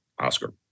Oscar